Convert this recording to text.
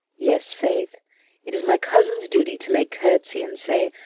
yes, faith it is my cousin's duty to make curtsy, and say,